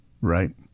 Right